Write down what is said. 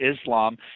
Islam